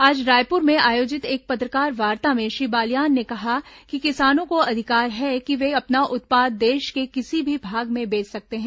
आज रायपुर में आयोजित एक पत्रकारवार्ता में श्री बालयान ने कहा कि किसानों को अधिकार है कि वे अपना उत्पाद देश के किसी भी भाग में बेच सकते हैं